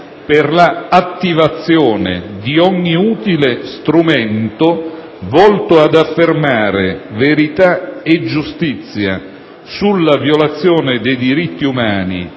per l'attivazione di ogni utile strumento volto ad affermare verità e giustizia sulla violazione dei diritti umani